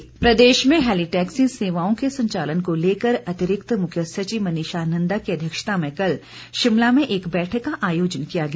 बैठक प्रदेश में हैली टैक्सी सेवाओं के संचालन को लेकर अतिरिक्त मुख्य सचिव मनीषा नंदा की अध्यक्षता में कल शिमला में एक बैठक का आयोजन किया गया